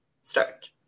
start